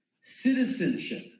citizenship